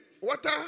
water